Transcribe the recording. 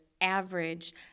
average